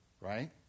Right